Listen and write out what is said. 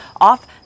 off